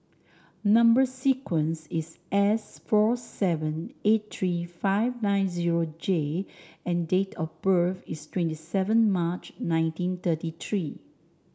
number sequence is S four seven eight three five nine zero J and date of birth is twenty seven March nineteen thirty three